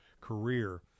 career